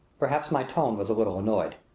perhaps my tone was a little annoyed.